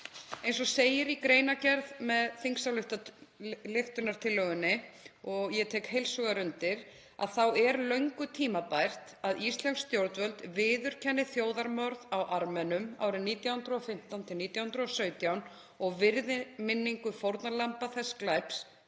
Eins og segir í greinargerð með þingsályktunartillögunni og ég tek heils hugar undir þá er löngu tímabært að íslensk stjórnvöld viðurkenni þjóðarmorð á Armenum árin 1915–1917 og virði minningu fórnarlamba þess glæps